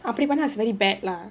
அப்டி பண்ண:apdi panna was very bad lah